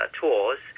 tours